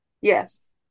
Yes